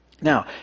Now